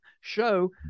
show